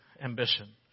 ambition